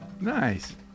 Nice